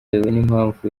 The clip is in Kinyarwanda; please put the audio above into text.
n’impamvu